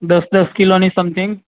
દસ દસ કિલોની સમથિંગ